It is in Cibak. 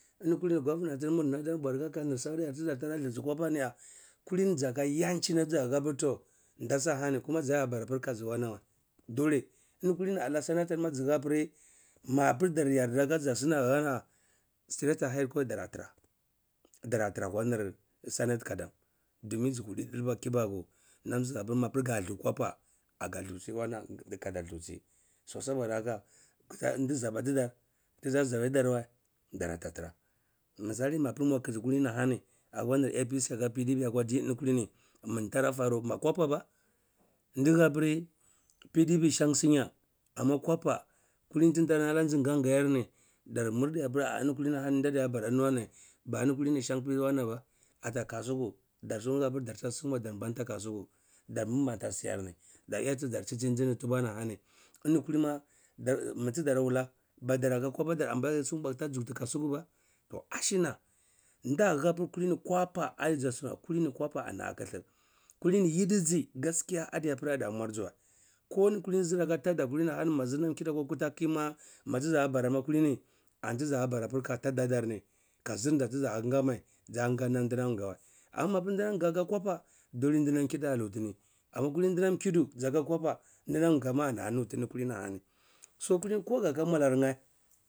Ekatini gomnatmur nadir bar-kaka nir anti dar luci kwapar darga ya. Kulini zaka yanchi nam tizahapir toh nda sahani kuma zidiya bara kaziya wanin wa doleh eni kuhni ana senator mazi hahpirri ma-pir dargar da kaja, sinam tinda hahya, straitti high court tidara tireh dara tireh akwa nir senate gadnan dumin zi kurta ditba kibaku nam ndya mapir gat u kwapa, aga lukhi wanan kappa luchi so saboda haka ndi zaba tidar ndita zaba tidar neh darata tirah, misali mapir yar khiti kulini ahani akwa nir apc aka pdp akwa dieni kulini mom tara faru ba kwapa ba? Ndi hahpirri pdp shan sinya amma kwapa kulini tin tara hana jig an-gaa ni dar murda apir ah eni kulini ahani dadiabara eni wani ba eni kulini shan ata kasukwu dar sankga dar ta sumn wa dark a banta kasukwu dar bbanta shiyar ni, dar yati dar tsi-tsi ndeh tubwani ahani eni kalini ma dar miti dar wuleh ba dara ka kwapar da tsu dar jukti kasukwur wa toh ashina nda hahapiri kulini kwapa ayizasuweh kulini kwapa aniza khitir kulini yidizi gaskiya iya adi a mur giwa ko eni kulini ahani zir aka tada ma zir nam kludi ma minamti zabara amma kulini anti za bar aka taradarai ka zirdeh tizan ga mai zadiya ga ndnam ga mai amma mapir ndinam nga akwa kwapa, dolah ndinam khidi zaka kwapa ndinam nga ma ana nutini eni kdini hani so kulini ko gaka mwalaryeh.